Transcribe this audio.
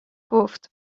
گفت